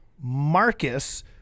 Marcus